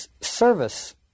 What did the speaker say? service